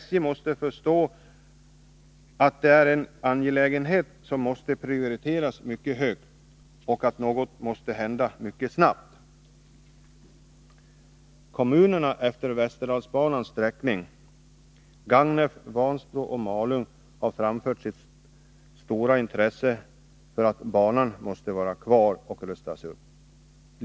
SJ måste förstå att det är en angelägenhet som måste prioriteras mycket högt och att något måste hända mycket snabbt. Kommunerna utefter västerdalsbanans sträckning — Gagnef, Vansbro och Malung — har framfört sitt stora intresse för att banan får vara kvar och rustas upp.